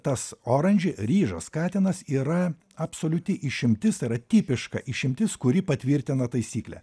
tas orangey ryžas katinas yra absoliuti išimtis tai yra tipiška išimtis kuri patvirtina taisyklę